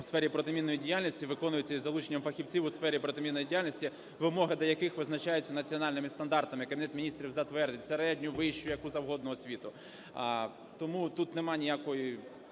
в сфері протимінної діяльності виконуються із залученням фахівців у сфері протимінної діяльності, вимоги до яких визначаються національними стандартами". Кабінет Міністрів затвердить середню, вищу, яку завгодно освіту. Тому тут нема ніякої